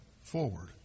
forward